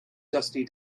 dusty